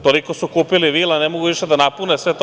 Toliko su kupili vila, ne mogu više da napune sve to.